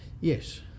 Yes